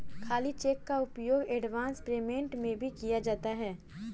खाली चेक का उपयोग एडवांस पेमेंट में भी किया जाता है